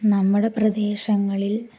നമ്മുടെ പ്രദേശങ്ങളിൽ